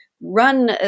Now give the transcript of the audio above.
run